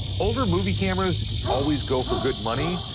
older movie cameras always go for good money,